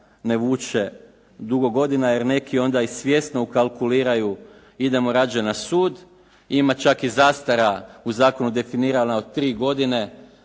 ne vuče dugo godina, jer neki onda i svjesno ukalkuliraju idemo rađe na sud, ima čak i zastara u zakonu definirana od 3 godine,